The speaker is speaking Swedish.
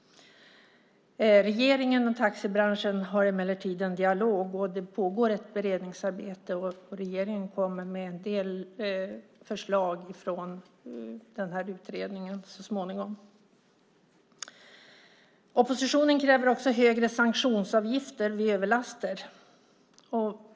Regeringen och taxibranschen har emellertid en dialog. Det pågår ett beredningsarbete, och regeringen kommer med en del förslag från den här utredningen så småningom. Oppositionen kräver också högre sanktionsavgifter vid överlaster.